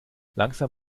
langsam